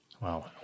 Wow